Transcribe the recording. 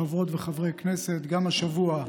חברות וחברי הכנסת, גם השבוע,